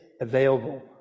available